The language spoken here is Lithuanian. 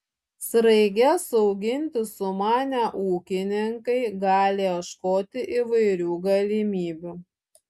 sraiges auginti sumanę ūkininkai gali ieškoti įvairių galimybių